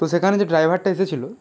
তো সেখানে যে ড্রাইভারটা এসেছিলো